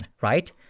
right